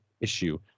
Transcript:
issue